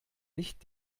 nicht